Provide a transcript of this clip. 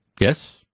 Yes